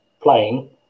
playing